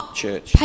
church